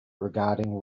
regarding